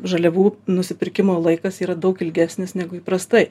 žaliavų nusipirkimo laikas yra daug ilgesnis negu įprastai